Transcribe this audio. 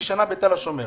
בתל השומר.